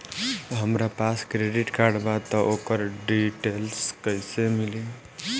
हमरा पास credit card बा त ओकर डिटेल्स कइसे मिली?